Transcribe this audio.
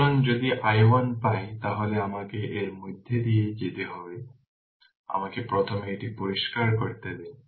সুতরাং যদি i1 পাই তাহলে আমাকে এর মধ্য দিয়ে যেতে দিন আমাকে প্রথমে এটি পরিষ্কার করতে দিন